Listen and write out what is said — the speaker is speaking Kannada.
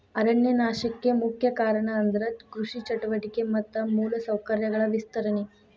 ಅರಣ್ಯ ನಾಶಕ್ಕೆ ಮುಖ್ಯ ಕಾರಣ ಅಂದ್ರ ಕೃಷಿ ಚಟುವಟಿಕೆ ಮತ್ತ ಮೂಲ ಸೌಕರ್ಯಗಳ ವಿಸ್ತರಣೆ